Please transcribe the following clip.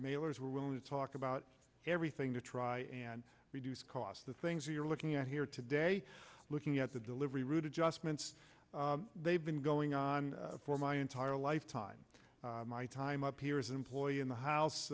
mailers were willing to talk about everything to try and reduce cost the things you're looking at here today looking at the delivery route adjustments they've been going on for my entire life time my time up here is an employee in the house